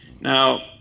Now